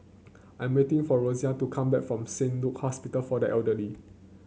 I'm waiting for Rosina to come back from Saint Luke Hospital for the Elderly